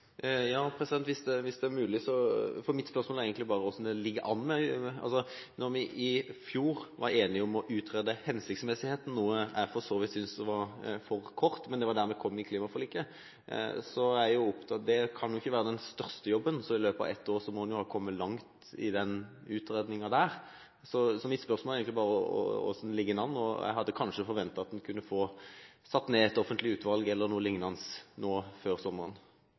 Mitt spørsmål går egentlig bare på hvordan det ligger an. Vi var i fjor enige om å utrede hensiktsmessigheten, noe jeg for så vidt synes var for kort, men det var dit vi kom i klimaforliket. Jeg er opptatt av at det ikke kan være den største jobben, så i løpet av ett år må en jo ha kommet langt i den utredningen. Mitt spørsmål er egentlig bare: Hvordan ligger en an? Jeg hadde kanskje forventet at en kunne få satt ned et offentlig utvalg eller lignende nå før sommeren.